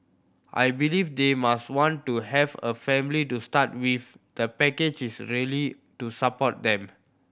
I believe they must want to have a family to start with the package is really to support them